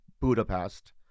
Budapest